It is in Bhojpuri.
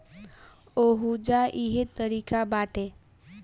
ओहुजा इहे तारिका बाटे